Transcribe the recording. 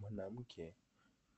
Mwanamke